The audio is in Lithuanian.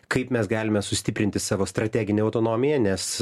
kaip mes galime sustiprinti savo strateginę autonomiją nes